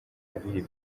aviv